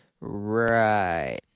Right